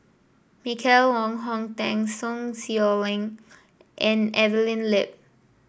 Michael Wong Hong Teng Sun Xueling and Evelyn Lip